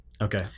okay